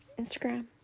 Instagram